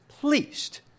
pleased